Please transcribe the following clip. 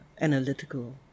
analytical